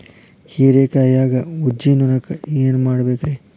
ಹೇರಿಕಾಯಾಗ ಊಜಿ ನೋಣಕ್ಕ ಏನ್ ಮಾಡಬೇಕ್ರೇ?